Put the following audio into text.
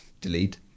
delete